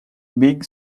big